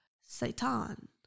Satan